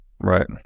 Right